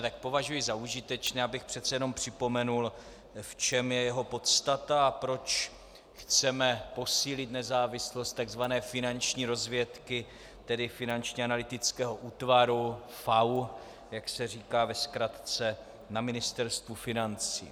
Tak považuji za užitečné, abych přece jenom připomenul, v čem je jeho podstata a proč chceme posílit nezávislost takzvané finanční rozvědky, tedy Finančního analytického útvaru, FAÚ, jak se říká ve zkratce, na Ministerstvu financí.